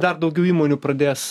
dar daugiau įmonių pradės